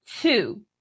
Two